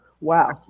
Wow